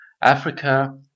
Africa